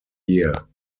year